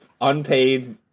Unpaid